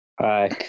Hi